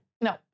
No